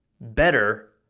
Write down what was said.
better